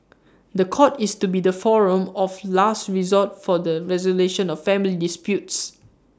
The Court is to be the forum of last resort for the resolution of family disputes